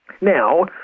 Now